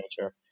nature